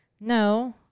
No